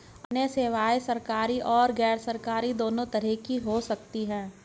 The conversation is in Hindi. अन्य सेवायें सरकारी और गैरसरकारी दोनों तरह की हो सकती हैं